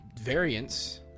variants